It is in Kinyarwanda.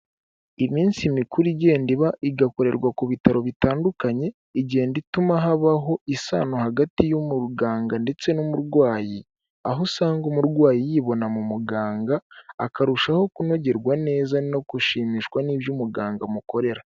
Iminsi mikuru igenda iba igakorerwa ku bitaro bitandukanye igenda ituma habaho isano hagati y'umuganga ndetse n'umurwayi, aho usanga umurwayi yibona mu muganga akarushaho kunogerwa neza no gushimishwa n'ibyo umuganga amukorera.